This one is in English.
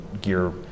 gear